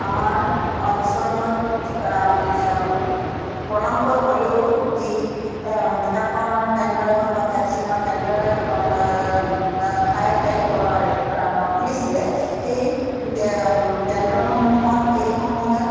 আমাৰ অঞ্চলত যি পলমকৈ হ'লেও যি টীকাকৰণৰ কেন্দ্ৰই হওক বা ভেক্সিনৰ কেন্দ্ৰই ঠায়ে ঠায়ে খুলিছিলে সেই কেন্দ্ৰসমূহত সেইসময়ত